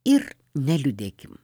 ir neliūdėkim